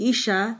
Isha